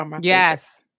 Yes